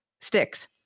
sticks